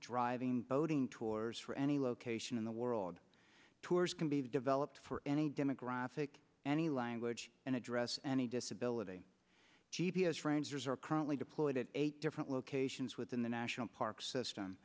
driving boating tours for any location in the world tours can be developed for any demographic any language and address and a disability g p s friends are currently deployed at eight different locations within the national park system